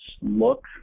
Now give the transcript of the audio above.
look